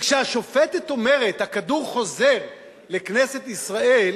וכשהשופטת אומרת: הכדור חוזר לכנסת ישראל,